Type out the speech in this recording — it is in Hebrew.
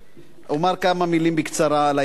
אומר כמה מלים, בקצרה, על העניין.